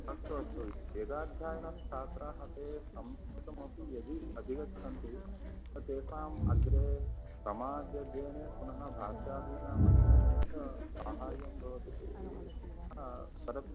अस्तु अस्तु वेदाध्यानं छात्राः ते संस्कृतमपि यदि अधिगच्छन्ति ते तेषाम् अग्रे समाजमाध्येन पुनः भाषादीनामध्ययने च सहायं भवतीति अतः तदपि